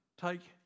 take